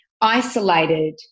isolated